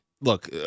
look